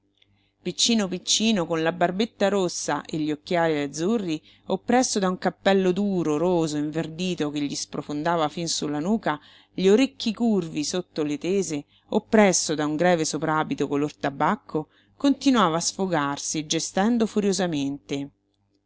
piccino piccino con la barbetta rossa e gli occhiali azzurri oppresso da un cappello duro roso inverdito che gli sprofondava fin su la nuca gli orecchi curvi sotto le tese oppresso da un greve soprabito color tabacco continuava a sfogarsi gestendo furiosamente